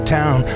town